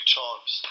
times